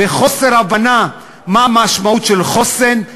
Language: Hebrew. וחוסר הבנה מה המשמעות של חוסן,